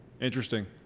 Interesting